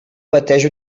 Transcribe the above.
pateix